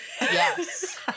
Yes